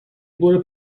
برو